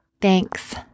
Thanks